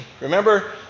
Remember